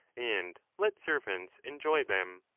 and let servants enjoy them,